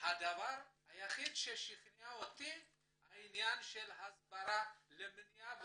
הדבר היחיד ששיכנע אותי הוא העניין של הסברה למניעה ולהתמודדות,